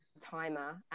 timer